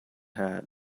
hat